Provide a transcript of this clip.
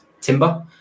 Timber